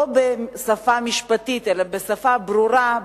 לא בשפה משפטית אלא בשפה ברורה,